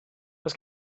oes